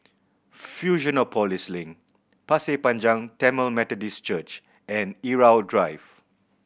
Fusionopolis Link Pasir Panjang Tamil Methodist Church and Irau Drive